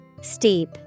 Steep